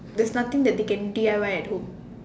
there's nothing that they can D_I_Y at home